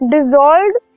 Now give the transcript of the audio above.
Dissolved